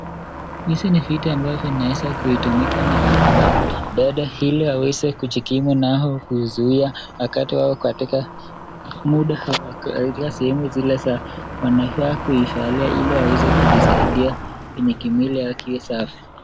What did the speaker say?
Hizi ni vitu ambavyo unaeza kutumika na akina dede ili aweze kujikimu nayo kuzuia wakati wako katika sehemu zile za wanafaa kuvalia ili waweze kujisaidia kwenye kimwilo yake Safi.